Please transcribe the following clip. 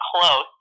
close